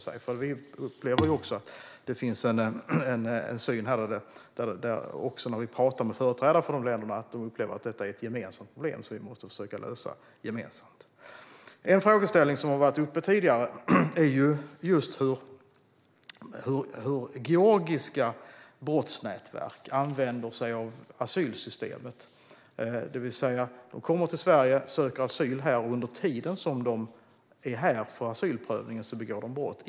När vi pratar med ländernas företrädare upplever de att det är ett gemensamt problem som vi måste försöka att lösa gemensamt. En frågeställning som har varit uppe tidigare är just hur georgiska brottsnätverk använder sig av asylsystemet. De kommer till Sverige och söker asyl. Under den tid som de här är för asylprövning begår de brott.